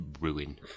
ruin